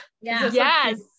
Yes